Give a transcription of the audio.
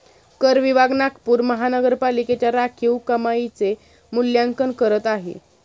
कर विभाग नागपूर महानगरपालिकेच्या राखीव कमाईचे मूल्यांकन करत आहे